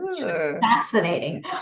fascinating